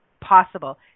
possible